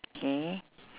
okay